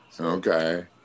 Okay